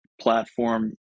platform